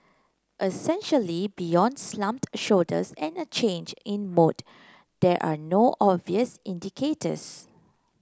essentially beyond slumped shoulders and a change in mood there are no obvious indicators